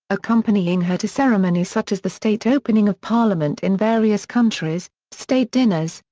accompanying her to ceremonies such as the state opening of parliament in various countries, state dinners,